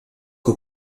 que